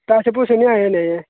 पैसे पूह्से निं आए हाल्ली अजें